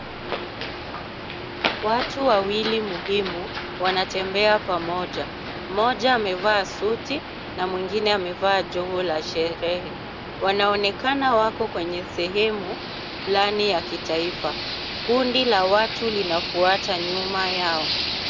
Watu wawili muhimu wanatembea pamoja. Mmoja amevaa suti na mwingine amevaa joho la sherehe. Wanaonekana wako kwenye sehemu fulani ya kitaifa. Kundi la watu linafuata nyuma yao.